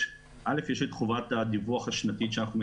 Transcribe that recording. יש את חובת הדיווח השנתית שאנחנו מקבלים,